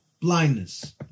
blindness